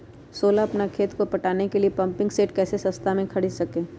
सोलह अपना खेत को पटाने के लिए पम्पिंग सेट कैसे सस्ता मे खरीद सके?